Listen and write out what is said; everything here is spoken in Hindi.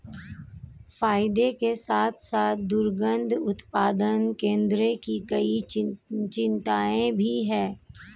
फायदे के साथ साथ दुग्ध उत्पादन केंद्रों की कई चिंताएं भी हैं